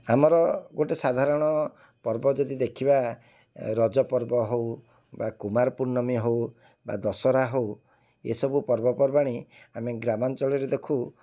ଆମର ଗୋଟେ ସାଧାରଣ ପର୍ବ ଯଦି ଦେଖିବା ରଜ ପର୍ବ ହେଉ ବା କୁମାର ପୂର୍ଣ୍ଣମୀ ହେଉ ବା ଦଶହରା ହେଉ ଏସବୁ ପର୍ବପର୍ବାଣି ଆମେ ଗ୍ରାମାଞ୍ଚଳରେ ଦେଖୁ